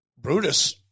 Brutus